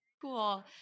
cool